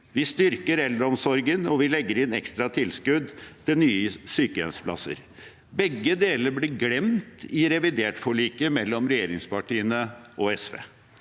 Vi styrker eldreomsorgen, og vi legger inn ekstra tilskudd til nye sykehjemsplasser. Begge deler ble glemt i revidertforliket mellom regjeringspartiene og SV.